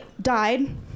died